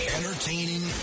Entertaining